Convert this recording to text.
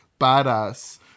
badass